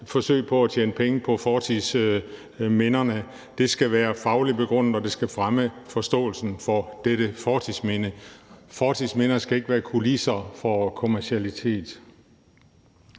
og forsøg på at tjene penge på fortidsminderne. Det skal være fagligt begrundet, og det skal fremme forståelsen af fortidsmindet; fortidsminder skal ikke være kulisser for noget kommercielt.